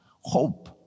Hope